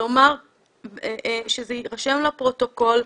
לומר ושזה יירשם לפרוטוקול,